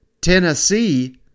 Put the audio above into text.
Tennessee